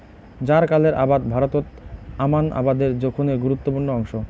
জ্বারকালের আবাদ ভারতত আমান আবাদের জোখনের গুরুত্বপূর্ণ অংশ